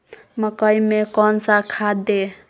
मकई में कौन सा खाद दे?